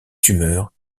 tumeurs